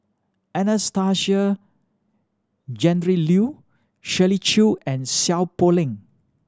Anastasia Tjendri Liew Shirley Chew and Seow Poh Leng